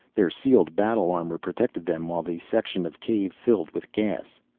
their sealed battle armor protected them while the section of cave filled with gas.